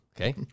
okay